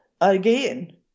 again